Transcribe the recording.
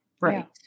right